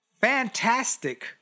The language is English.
fantastic